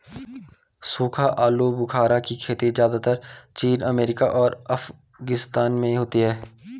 सूखा आलूबुखारा की खेती ज़्यादातर चीन अमेरिका और अफगानिस्तान में होती है